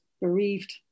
bereaved